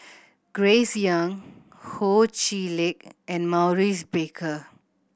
Grace Young Ho Chee Lick and Maurice Baker